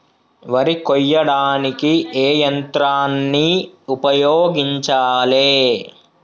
వరి కొయ్యడానికి ఏ యంత్రాన్ని ఉపయోగించాలే?